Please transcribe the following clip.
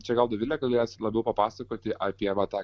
čia gal dovilė galės labiau papasakoti apie va tą